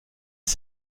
est